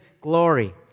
glory